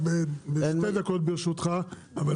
בשתי דקות ברשותך,